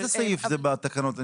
איזה סעיף זה בתקנות?